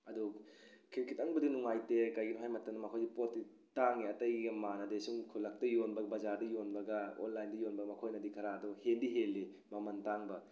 ꯑꯗꯨ ꯈꯤꯇꯪꯕꯨꯗꯤ ꯅꯨꯡꯉꯥꯏꯇꯦ ꯀꯔꯤꯒꯤꯅꯣ ꯍꯥꯏ ꯃꯇꯝꯗ ꯃꯈꯣꯏꯒꯤ ꯄꯣꯠꯇꯤ ꯇꯥꯡꯉꯤ ꯑꯇꯩꯒ ꯃꯥꯅꯗꯦ ꯁꯨꯝ ꯈꯨꯜꯂꯛꯇ ꯌꯣꯟꯕꯒ ꯕꯖꯥꯔꯗ ꯌꯣꯟꯕꯒ ꯑꯣꯟꯂꯥꯏꯟꯗ ꯌꯣꯟꯕꯒ ꯃꯈꯣꯏꯅꯗꯤ ꯈꯔ ꯑꯗꯨꯝ ꯍꯦꯟꯗꯤ ꯍꯦꯟꯂꯤ ꯃꯃꯜ ꯇꯥꯡꯕ